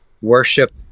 worship